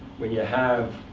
when you have